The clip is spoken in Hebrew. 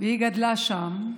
והיא גדלה שם.